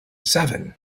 seven